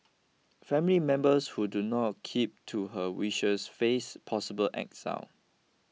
family members who do not keep to her wishes face possible exile